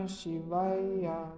Shivaya